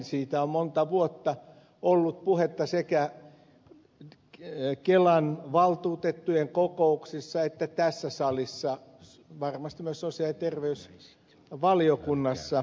siitä on monta vuotta ollut puhetta sekä kelan valtuutettujen kokouksissa että tässä salissa varmasti myös sosiaali ja terveysvaliokunnassa